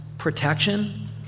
Protection